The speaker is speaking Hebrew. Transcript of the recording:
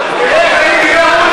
מלבך.